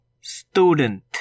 Student